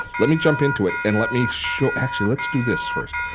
let me jump into it and let me show. actually, let's do this first.